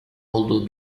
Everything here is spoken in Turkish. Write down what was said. olduğu